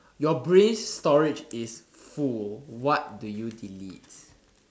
your brain storage is full what do you delete